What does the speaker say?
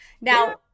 Now